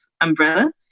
umbrella